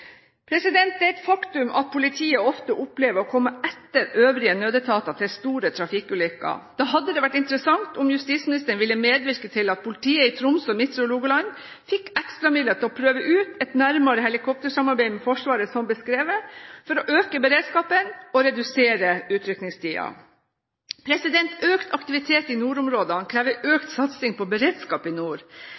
Det er et faktum at politiet ofte opplever å komme etter øvrige nødetater til store trafikkulykker. Det hadde vært interessant om justisministeren ville medvirket til at politiet i Troms og Midtre Hålogaland hadde fått ekstra midler til å prøve ut et nærmere helikoptersamarbeid med Forsvaret, som beskrevet, for å øke beredskapen og redusere utrykningstiden. Økt aktivitet i nordområdene krever økt satsing på beredskap i nord.